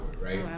right